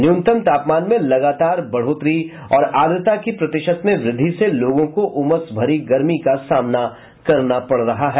न्यूनतम तापमान में लगातार बढ़ोतरी और आर्द्रता की प्रतिशत में वृद्धि से लोगों को उमस भरी गर्मी का सामना करना पड़ रहा है